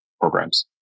Programs